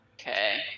Okay